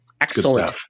Excellent